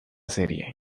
serie